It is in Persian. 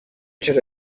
چرا